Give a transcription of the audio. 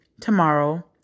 tomorrow